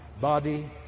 body